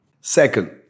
Second